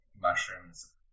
mushrooms